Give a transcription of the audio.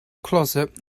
closet